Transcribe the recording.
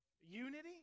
unity